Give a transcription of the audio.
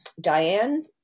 Diane